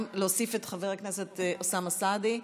ונוסיף את חבר הכנסת אוסאמה סעדי,